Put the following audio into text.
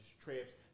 trips